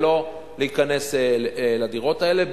ולא להיכנס לדירות האלה.